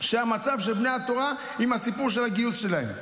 המצב של בני התורה עם הסיפור של הגיוס שלהם.